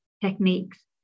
techniques